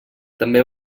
també